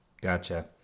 Gotcha